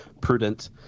prudent